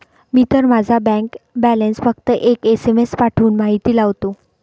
मी तर माझा bank balance फक्त एक एस.एम.एस पाठवून माहिती लावतो